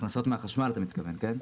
הכנסות מהחשמל אתה מתכוון, כן?